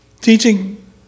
Teaching